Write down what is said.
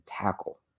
tackle